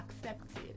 accepted